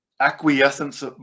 acquiescence